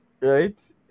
right